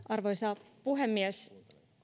arvoisa puhemies